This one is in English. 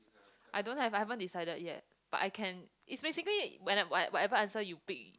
I don't have I haven't decided yet but I can it's basically when~ whatever answer you pick you